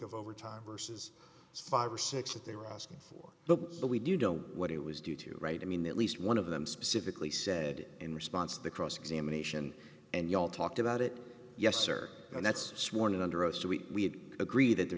of overtime versus five or six that they were asking for look but we do know what it was due to right i mean at least one of them specifically said in response to the cross examination and you all talked about it yes sir and that's sworn in under oath so we agree that there